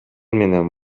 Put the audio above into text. менен